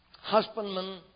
husbandman